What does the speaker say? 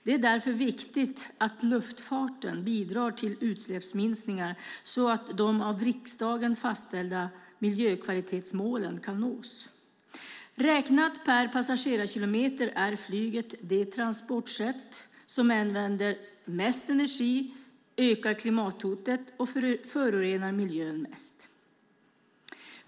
Det är därför viktigt att luftfarten bidrar till utsläppsminskningar så att de av riksdagen fastställda miljökvalitetsmålen kan nås. Räknat per passagerarkilometer är flyget det transportsätt som använder mest energi, ökar klimathotet och förorenar miljön mest.